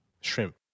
Shrimp